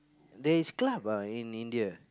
there is club ah in India